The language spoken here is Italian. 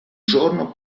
giorno